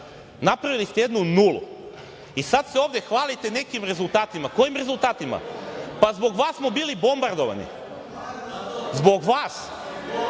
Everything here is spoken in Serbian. Napravili ste jednu nulu i sad se ovde hvalite nekim rezultatima. Kojim rezultatima? Pa, zbog vas smo bili bombardovani. Zbog vas. Zbog